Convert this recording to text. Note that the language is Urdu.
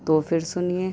تو پھر سنیے